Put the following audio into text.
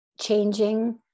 changing